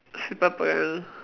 simple plan